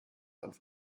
auf